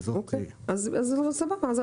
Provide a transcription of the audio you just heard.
סבבה.